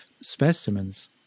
specimens